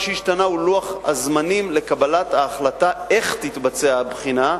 מה שהשתנה הוא לוח הזמנים לקבלת ההחלטה איך תתבצע הבחינה,